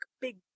big